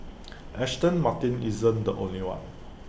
Aston Martin isn't the only one